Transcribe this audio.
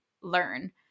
learn